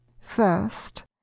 First